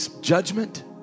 judgment